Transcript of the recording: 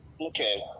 okay